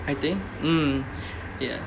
I think mm ya